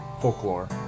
Folklore